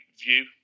view